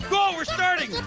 oh we're starting!